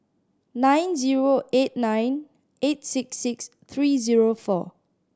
nine zero eight nine eight six six three zero four